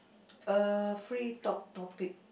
uh free talk topic